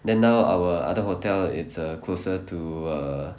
then now our other hotel it's err closer to err